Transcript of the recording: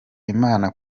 imana